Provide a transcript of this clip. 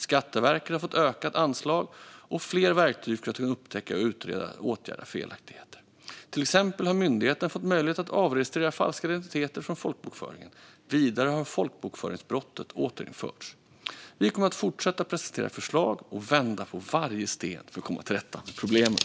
Skatteverket har fått ökat anslag och fler verktyg för att kunna upptäcka, utreda och åtgärda felaktigheter. Till exempel har myndigheten fått möjlighet att avregistrera falska identiteter från folkbokföringen. Vidare har folkbokföringsbrottet återinförts. Vi kommer att fortsätta presentera förslag och vända på varje sten för att komma till rätta med problemen.